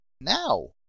now